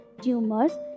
tumors